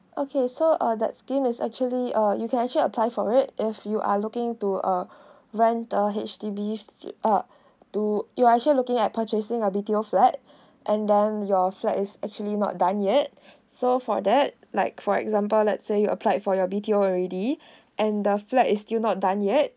okay so uh the scheme is actually uh you can actual apply for it if you are looking to uh rent the H_D_B f~ uh do you are actually looking at purchasing a B_T_O flat and then your flat is actually not done yet so for that like for example let's say you applied for your B_T_O already and the flat is still not done yet